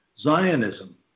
Zionism